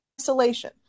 isolation